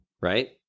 right